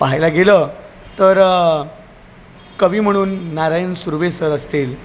पाहायला गेलं तर कवी म्हणून नारायण सुर्वे सर असतील